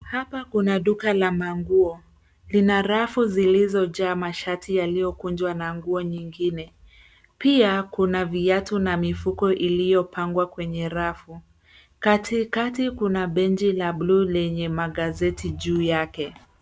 Hapa kuna duka la manguo. Lina rafu zilizojaa mashati yaliyokunjwa na nguo nyingine. Pia kuna viatu na mifuko iliyopangwa kwenye rafu. Katikati kuna benchi la buluu lenye magazeti juu yake.